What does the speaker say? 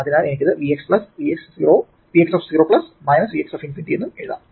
അതിനാൽ എനിക്ക് ഇത് Vx പ്ലസ് Vx0 Vx ∞ എന്നും എഴുതാം